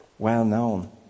well-known